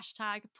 hashtag